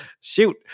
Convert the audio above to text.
Shoot